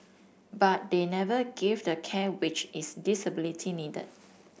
but they never gave the care which its disability needed